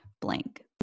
blank